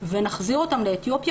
ונחזיר אותן לאתיופיה.